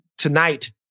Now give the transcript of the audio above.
Tonight